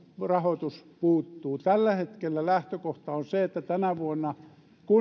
rahoitus puuttuu tällä hetkellä lähtökohta on se että tänä vuonna